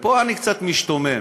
ופה אני קצת משתומם.